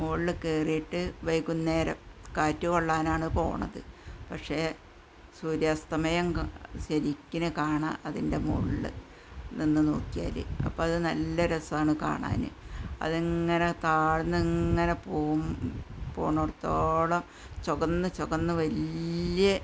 മുകളിൽ കയറിയിട്ട് വൈകുന്നേരം കാറ്റ് കൊള്ളാനാണ് പോകണത് പക്ഷേ സുര്യാസ്തമയം കാ ശരിക്കിനി കാണാം അതിന്റെ മുകളിൽ നിന്ന് നോക്കിയാൽ അപ്പം അതു നല്ല രസമാണ് കാണാൻ അതെങ്ങനെ താഴ്ന്നിങ്ങനെ പോകും പോകണ ഇടത്തോളം ചുകന്നു ചുകന്നു വലിയ